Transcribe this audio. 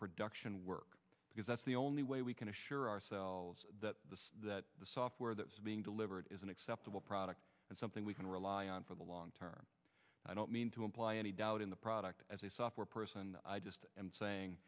production work because that's the only way we can assure ourselves that the software that's being delivered is an acceptable product and something we can rely on for the long term i don't mean to imply any doubt in the product as a software person i just am saying